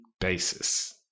basis